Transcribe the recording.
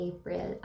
April